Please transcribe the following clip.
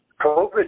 COVID